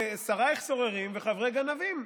"שרייך סוררים וחברי גנבים",